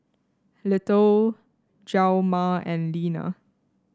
Little Hjalmar and Lena